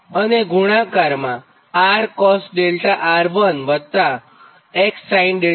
અને ગુણાકારમાં 𝑅cos𝛿R1 વત્તા 𝑋sin𝛿R1 થશે